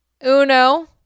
Uno